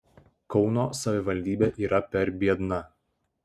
kauno savivaldybė yra per biedna